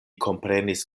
komprenis